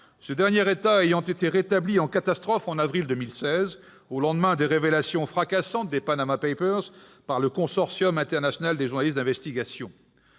ce dernier État ayant été rétabli en catastrophe dans la liste en avril 2016, au lendemain des révélations fracassantes des « Panama papers », par le consortium international des journalistes d'investigation.